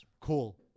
Cool